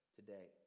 today